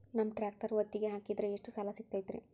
ನಮ್ಮ ಟ್ರ್ಯಾಕ್ಟರ್ ಒತ್ತಿಗೆ ಹಾಕಿದ್ರ ಎಷ್ಟ ಸಾಲ ಸಿಗತೈತ್ರಿ?